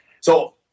So-